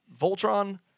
Voltron